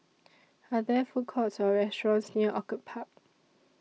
Are There Food Courts Or restaurants near Orchid Park